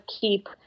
keep